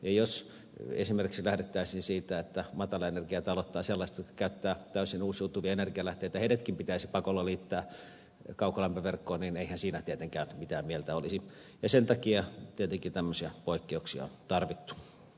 jos esimerkiksi lähdettäisiin siitä että matalaenergiatalot tai sellaiset talot jotka käyttävät täysin uusiutuvia energialähteitä pitäisi pakolla liittää kaukolämpöverkkoon niin eihän siinä tietenkään mitään mieltä olisi ja sen takia tietenkin tämmöisiä poikkeuksia on tarvittu